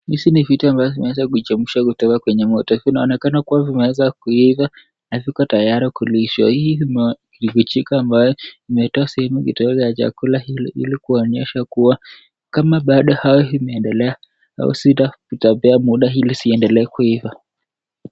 Hizi ni vitu ambazo zimeweza kuchemshwa kutoka kwenye moto, vinaonekana kuwa vimeweza kuiva na viko tayari kulishwa. Hii ni kijiko ambayo imetoa sehemu ya chakula hili kuonyesha kuwa kama bado au inaendelea, itapea muda ili ziendelee kuiva.